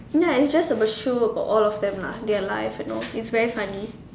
ya it's just a show about all of them lah their lives and all it's very funny